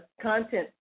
content